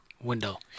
window